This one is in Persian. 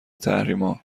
تحریما